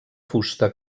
fusta